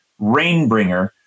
Rainbringer